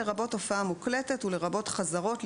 לרבות הופעה מוקלטת ולרבות חזרות,